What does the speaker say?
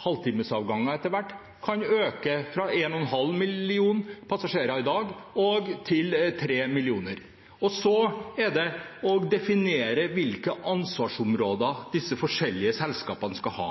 etter hvert, kan øke fra 1,5 millioner passasjerer i dag til 3 millioner. Så er det å definere hvilke ansvarsområder disse forskjellige selskapene skal ha.